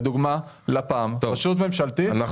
לדוגמה, לפ"ם, רשות ממשלתית.